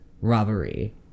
robbery